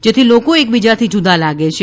જેથી લોકો એકબીજાથી જુદા લાગે છે